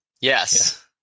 Yes